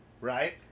right